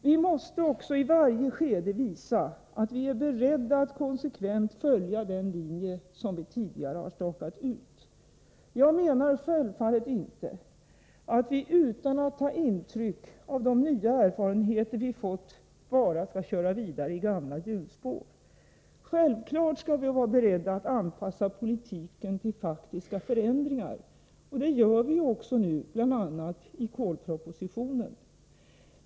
Vi måste också i varje skede visa att vi är beredda att konsekvent följa den linje vi tidigare har stakat ut. Jag menar självfallet inte att vi utan att ta intryck av de nya erfarenheter vi fått bara skall köra vidare i gamla hjulspår. Självklart skall vi vara beredda att anpassa politiken till faktiska förändringar. Det gör vi ju också bl.a. i kolpropositionen.